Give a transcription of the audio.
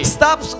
stop